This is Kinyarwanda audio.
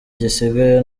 gisigaye